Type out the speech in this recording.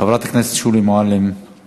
חברת הכנסת שולי מועלם-רפאלי.